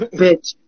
bitch